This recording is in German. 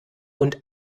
und